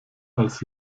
als